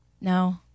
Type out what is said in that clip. no